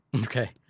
Okay